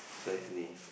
precisely